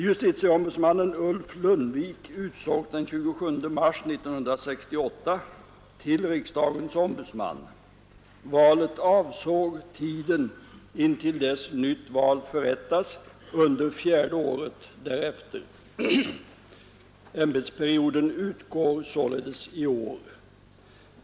Justitieombudsmannen Ulf Lundvik utsågs den 27 mars 1968 till riksdagens ombudsman. Valet avsåg tiden intill dess nytt val förrättats under fjärde året därefter. Ämbetsperioden utgår således i år.